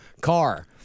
Car